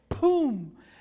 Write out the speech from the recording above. boom